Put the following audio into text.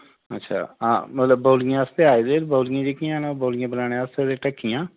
अच्छा हां मतलब बौलियें आस्तै आए दे न बौलियां जेह्कियां न ओह् बौलियां बनाने आस्तै ते ढक्कियां